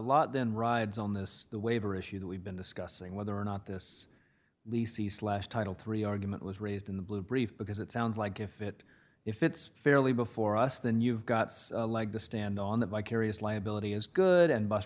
lot then rides on this the waiver issue we've been discussing whether or not this lease last title three argument was raised in the blue brief because it sounds like if it if it's fairly before us then you've got a leg to stand on that my curious liability is good and bus